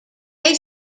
they